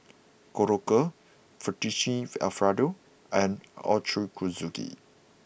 Korokke Fettuccine Alfredo and Ochazuke